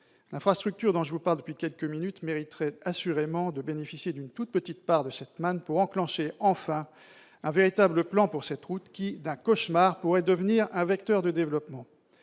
L'infrastructure dont je vous parle depuis quelques minutes mériterait assurément de bénéficier d'une toute petite part de cette manne, pour enclencher enfin un véritable plan pour cette route qui, d'un cauchemar, pourrait devenir un vecteur de développement.